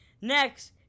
Next